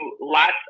lots